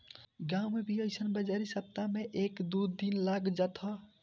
गांव में भी अइसन बाजारी सप्ताह में एक दू दिन लाग जात ह